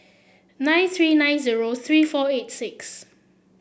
nine three nine zero three four eight six